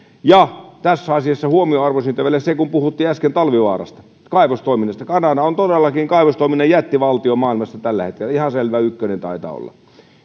tässä asiassa huomionarvoista on vielä se kun puhuttiin äsken talvivaarasta kaivostoiminnasta että kanada on todellakin kaivostoiminnan jättivaltio maailmassa tällä hetkellä ihan selvä ykkönen taitaa olla